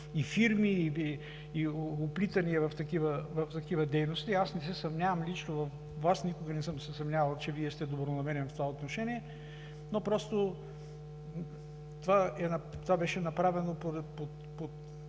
с фирми и оплитания в такива дейности. Аз лично не се съмнявам във Вас, никога не съм се съмнявал, че Вие сте добронамерен в това отношение, но просто това беше направено под